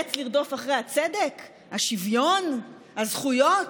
ניאלץ לרדוף אחרי הצדק, השוויון, הזכויות,